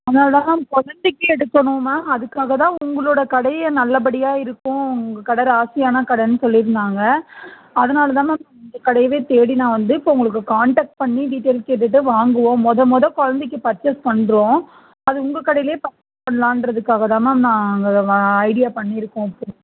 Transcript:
அதனாலதான் மேம் கொழந்தைக்கி எடுக்கணும் மேம் அதுக்காகதான் உங்களோட கடையை நல்லபடியாக இருக்கும் உங்கள் கடை ராசியான கடைன்னு சொல்லியிருந்தாங்க அதனாலதான் மேம் நான் உங்கள் கடைய தேடி நான் வந்து இப்போ உங்களுக்கு காண்டக்ட் பண்ணி டீடெயில்ஸ் கேட்டுட்டு வாங்குவோம் மொதல் மொதல் கொழந்தைக்கு பர்ச்சேஸ் பண்ணுறோம் அது உங்கள் கடையிலேயே பண்னலான்றதுக்காகதான் மேம் நாங்கள் ஐடியா பண்ணியிருக்கோம்